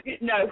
no